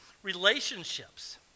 relationships